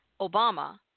Obama